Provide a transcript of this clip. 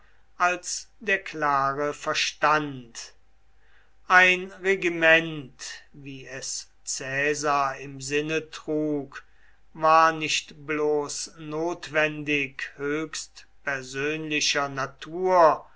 als der klare verstand ein regiment wie es caesar im sinne trug war nicht bloß notwendig höchst persönlicher natur